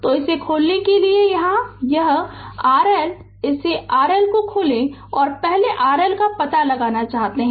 तो इसे खोलने के लिए यह RL इसे RL खोलें और पहले RL का पता लगाना चाहते हैं